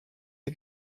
est